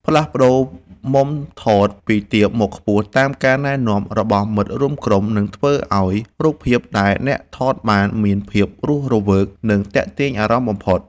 ផ្លាស់ប្តូរមុំថតពីទាបមកខ្ពស់តាមការណែនាំរបស់មិត្តរួមក្រុមនឹងធ្វើឱ្យរូបភាពដែលអ្នកថតបានមានភាពរស់រវើក និង ទាក់ទាញអារម្មណ៍បំផុត។